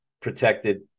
protected